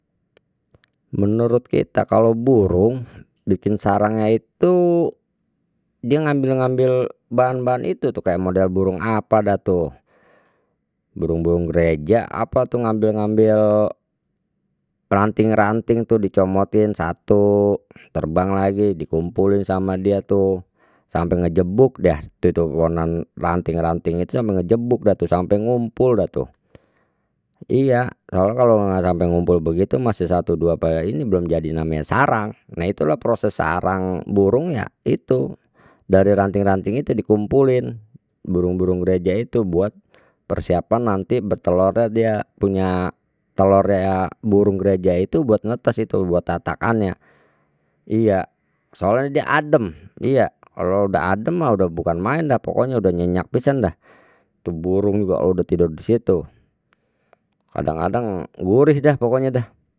Menurut kita kalau burung bikin sarangnya itu dia ngambil ngambil bahan bahan itu tu kayak model burung apa dah tu, burung burung gereja apa tu ngambil ngambil ranting ranting tu dicomotin atu terbang lagi kumpulin sama dia tu sampai ngejebuk dah tu tu pohonan ranting ranting itu sampe ngejebuk dah tu sampe ngumpul dah tu, iya nggak sampai ngumpul begitu masih satu dua ini belum jadi namanya sarang, nah itulah proses sarang burung ya itu dari ranting ranting itu dikumpulin, burung burung gereja itu buat persiapan nanti bertelornya dia punya telornya burung gereja itu buat netes itu buat tatakannye, iya soalnya dia adem iya kalau dah adem mah dah bukan maen dah pokoknya dah nyenyak pisan dah, tu burung juga kalau dah tidur disitu kadang kadang gurih dah pokoknya dah.